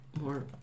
more